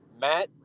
Matt